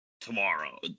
tomorrow